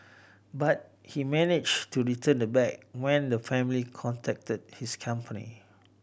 but he managed to return the bag when the family contacted his company